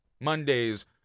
Mondays